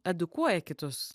edukuoja kitus